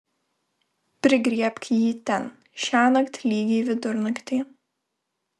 prigriebk jį ten šiąnakt lygiai vidurnaktį